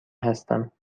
هستم